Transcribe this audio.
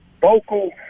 vocal